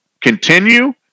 continue